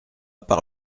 par